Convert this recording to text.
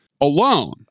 alone